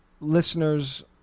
listeners